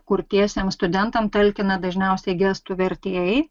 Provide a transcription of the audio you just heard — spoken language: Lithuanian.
kurtiesiem studentam talkina dažniausiai gestų vertėjai